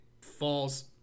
falls